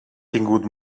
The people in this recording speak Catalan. tingut